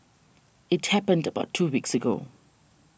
it happened about two weeks ago